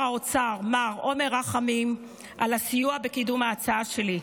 האוצר מר עומר רחמים על הסיוע בקידום ההצעה שלי.